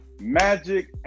Magic